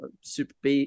super